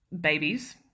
babies